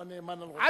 או הנאמן על ראש העיר?